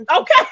okay